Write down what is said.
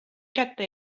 kätte